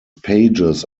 pages